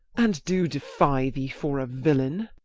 and do defy thee for a villain.